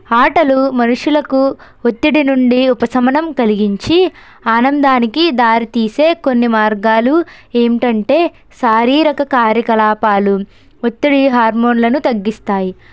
ఆటలు మనుషులకు ఒత్తిడి నుండి ఉపశమనం కలిగించి ఆనందానికి దారి తీసే కొన్ని మార్గాలు ఏమిటంటే శారీరక కార్యకలాపాలు ఒత్తిడి హార్మోన్లను తగ్గిస్తాయి